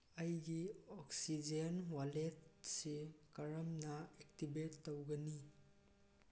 ꯑꯩꯒꯤ ꯑꯣꯛꯁꯤꯖꯦꯟ ꯋꯥꯂꯦꯠꯁꯤ ꯀꯔꯝꯅ ꯑꯦꯛꯇꯤꯚꯦꯠ ꯇꯧꯒꯅꯤ